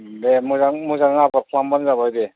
दे मोजां मोजां आबार खालामबानो जाबाय दे